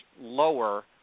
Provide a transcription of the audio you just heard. lower